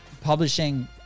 publishing